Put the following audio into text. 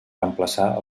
reemplaçar